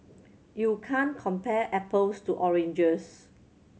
you can't compare apples to oranges